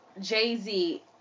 Jay-Z